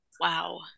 Wow